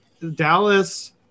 Dallas